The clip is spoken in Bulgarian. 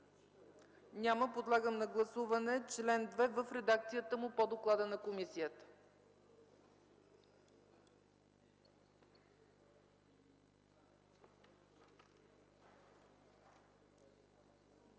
Няма. Подлагам на гласуване чл. 2 в редакцията му по доклада на комисията.